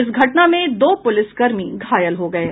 इस घटना में दो पुलिस कर्मी घायल हो गये